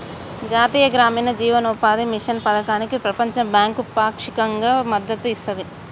జాతీయ గ్రామీణ జీవనోపాధి మిషన్ పథకానికి ప్రపంచ బ్యాంకు పాక్షికంగా మద్దతు ఇస్తది